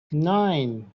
nine